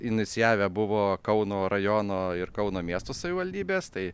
inicijavę buvo kauno rajono ir kauno miesto savivaldybės tai